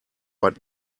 but